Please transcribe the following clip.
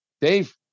Dave